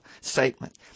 statement